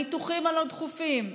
לניתוחים הלא-הדחופים,